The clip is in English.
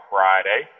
Friday